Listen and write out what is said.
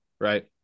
right